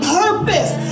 purpose